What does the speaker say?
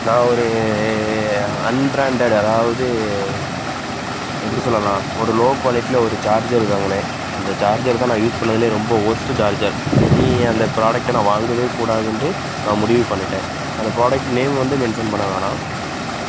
நான் ஒரு unbranded அதாவது எப்படி சொல்லலாம் ஒரு லோ குவாலிட்டியில் ஒரு சார்ஜர் வாங்கினேன் அந்த சார்ஜர் தான் நான் யூஸ் பண்ணதுலயே ரொம்ப ஒர்ஸ்ட்டு சார்ஜர் இனி அந்த ப்ராடக்ட்டை நான் வாங்கவே கூடாதுன்ட்டு நான் முடிவு பண்ணிட்டேன் அந்த ப்ராடக்ட் நேம் வந்து மென்ஷன் பண்ண வேணாம்